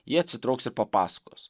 jie atsitrauks ir papasakos